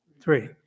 three